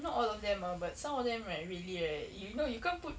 not all of them ah but some of them right really right you know you can't put